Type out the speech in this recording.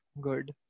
good